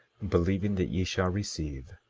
believing that ye shall receive,